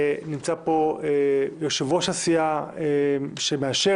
נמצא פה יושב-ראש הסיעה שמאשר,